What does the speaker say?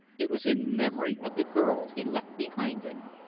it was in memory of the girl he left behind him!